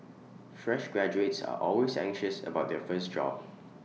fresh graduates are always anxious about their first job